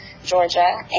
Georgia